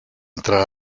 entrar